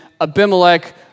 Abimelech